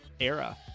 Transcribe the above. era